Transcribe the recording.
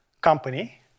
company